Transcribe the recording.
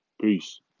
Peace